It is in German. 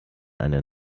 eine